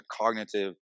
cognitive